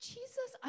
Jesus